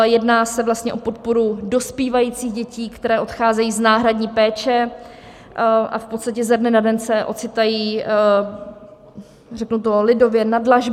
Jedná se vlastně o podporu dospívajících dětí, které odcházejí z náhradní péče a v podstatě ze dne na den se ocitají, řeknu to lidově, na dlažbě.